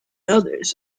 others